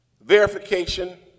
verification